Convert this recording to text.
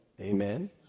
Amen